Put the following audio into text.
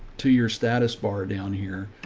to your status bar down here.